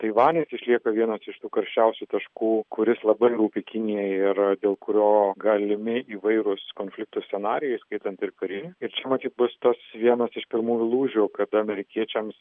taivanis išlieka vienas iš tų karščiausių taškų kuris labai rūpi kinijai ir dėl kurio galimi įvairūs konfliktų scenarijai įskaitant ir karinį ir čia matyt bus tas vienas iš pirmųjų lūžių kada amerikiečiams